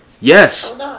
Yes